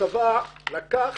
הצבא לקח,